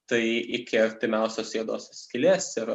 tai iki artimiausios juodosios skylės yra